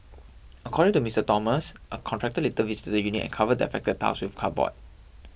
according to Miss Thomas a contractor later visited the unit and covered the affected tiles with cardboard